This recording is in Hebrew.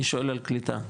אני שואל על קליטה כרגע,